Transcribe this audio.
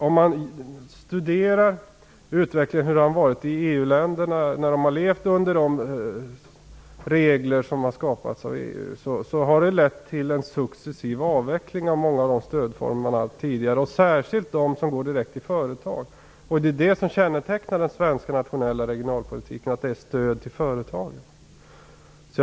Om man studerar den utveckling som ägt rum i EU-länderna medan de har levt under de regler som har skapats av EU, finner man att dessa regler har lett till en successiv avveckling av många av de stödformer som man tidigare haft. Det gäller särskilt sådana som är direkt inriktade på företag. Det som kännetecknar den svenska nationella regionalpolitiken är att den är inriktad på stöd till företagen.